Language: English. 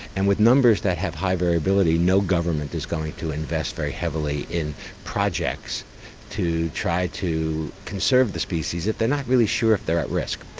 and with numbers that have high variability, no government is going to invest very heavily in projects to try to conserve the species if they are not really sure if they are at risk.